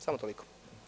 Samo toliko.